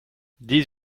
dix